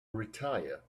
retire